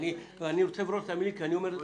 ואני בורר את המילים כי אני אומר זאת